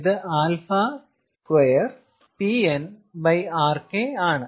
ഇത് α2PNRK ആണ്